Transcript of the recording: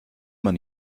man